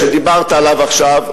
שדיברת עליו עכשיו,